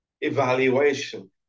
evaluation